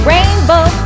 Rainbow